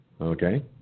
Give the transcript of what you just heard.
Okay